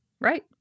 Right